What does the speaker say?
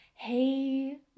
hey